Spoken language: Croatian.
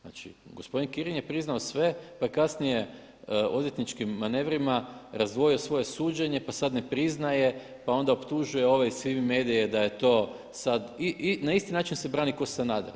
Znači, gospodin Kirin je priznao sve pa je kasnije odvjetničkim manevrima razdvojio svoje suđenje pa sad ne priznaje, pa onda optužuje ove iz FIMI MEDIA-e da je to sad i na isti način se brani kao Sanader.